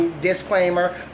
Disclaimer